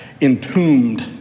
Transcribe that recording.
entombed